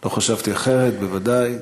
לא חשבתי אחרת, בוודאי.